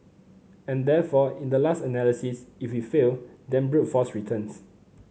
and therefore in the last analysis if we fail then brute force returns